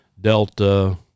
delta